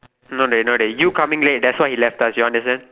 no dey no dey you coming late that's why he left us you understand